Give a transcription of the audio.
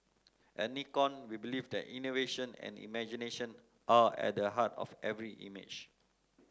at Nikon we believe that innovation and imagination are at the heart of every image